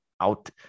out